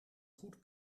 goed